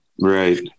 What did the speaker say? Right